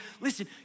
Listen